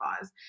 cause